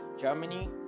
Germany